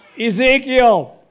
Ezekiel